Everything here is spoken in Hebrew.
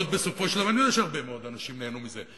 ואני יודע שהרבה מאוד אנשים נהנו מזה,